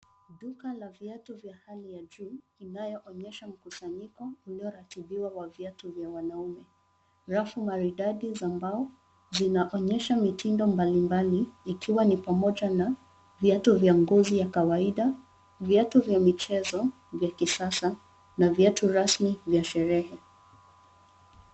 Duka la viatu vya hali ya juu inayo onyesha mkusanyiko ulioratibiwa wa viatu vya wanaume. Rafu maridadi za mbao zinaonyesha mitindo mbali mbali ikiwa ni pamoja na viatu vya ngozi ya kawaida, viatu vya michezo vya kisasa na viatu rasmi vya sherehe.